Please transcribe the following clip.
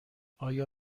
آیا